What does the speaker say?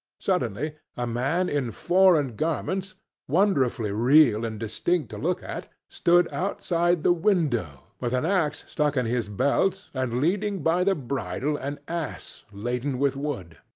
suddenly a man, in foreign garments wonderfully real and distinct to look at stood outside the window, with an axe stuck in his belt, and leading by the bridle an ass laden with wood.